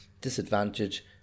disadvantage